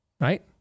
right